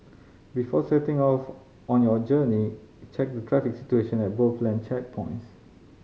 before setting off on your journey check the traffic situation at both land checkpoints